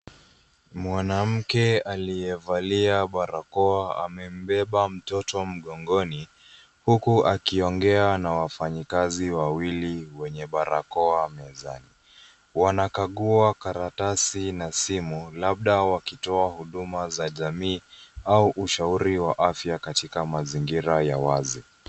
Mwanamke aliyevalia barakaoa amembeba mtoto mgogoni huku akiongea na wafanyikazi wawili wenye barakao mezani wanakagua karatasi na simu labda wakitoa huduma za jamii au ushauri wa afya katika mazingira ya wazi.